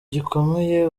gikomeye